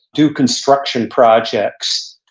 do construction projects.